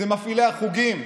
אלה מפעילי החוגים,